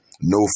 no